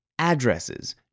addresses